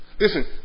Listen